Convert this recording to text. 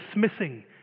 dismissing